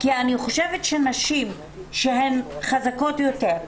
אני חושבת שנשים שהן חזקות יותר,